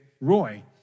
Roy